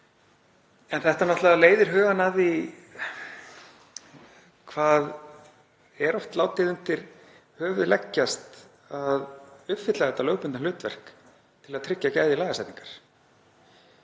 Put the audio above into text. Alþingis. Þetta leiðir hugann að því hve það er oft látið undir höfuð leggjast að uppfylla þetta lögbundna hlutverk til að tryggja gæði lagasetningar.